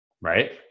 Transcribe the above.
right